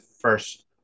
first